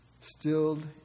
stilled